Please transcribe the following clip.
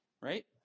Right